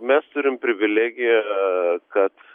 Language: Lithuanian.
mes turim privilegiją kad